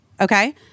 okay